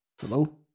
Hello